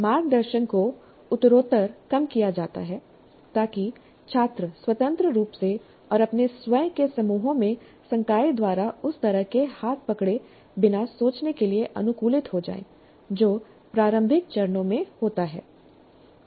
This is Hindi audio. मार्गदर्शन को उत्तरोत्तर कम किया जाता है ताकि छात्र स्वतंत्र रूप से और अपने स्वयं के समूहों में संकाय द्वारा उस तरह के हाथ पकड़े बिना सोचने के लिए अनुकूलित हो जाएं जो प्रारंभिक चरणों में होता है